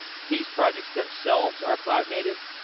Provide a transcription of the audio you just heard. these projects themselves are cloud native?